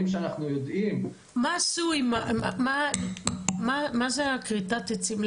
שאנחנו יודעים --- מה זה כריתת העצים,